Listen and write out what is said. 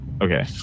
Okay